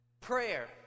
prayer